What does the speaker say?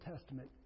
Testament